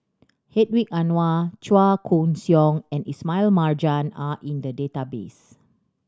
Hedwig Anuar Chua Koon Siong and Ismail Marjan are in the database